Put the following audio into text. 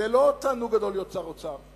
זה לא תענוג גדול להיות שר האוצר,